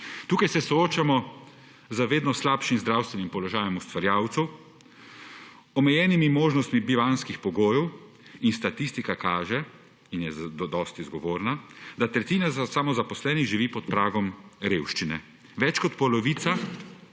Tukaj se soočamo z vedno slabšim zdravstvenim položajem ustvarjalcev, omejenimi možnostmi bivanjskih pogojev. Statistika kaže, in je zadosti zgovorna, da tretjina samozaposlenih živi pod pragom revščine. Več kot polovica